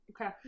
Okay